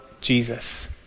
Jesus